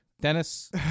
Dennis